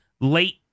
late